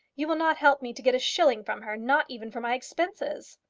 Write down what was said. you will not help me to get a shilling from her not even for my expenses.